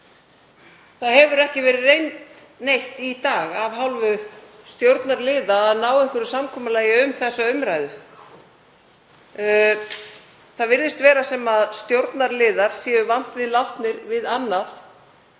Það hefur ekki verið reynt neitt í dag af hálfu stjórnarliða að ná einhverju samkomulagi um þessa umræðu. Það virðist vera sem stjórnarliðar séu vant við látnir við annað